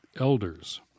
elders